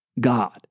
God